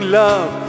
love